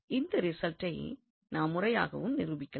இந்த ரிசல்ட்டை நாம் முறையாகவும் நிரூபிக்கலாம்